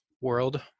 world